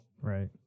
right